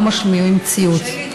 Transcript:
לא משמיעים ציוץ,